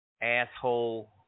asshole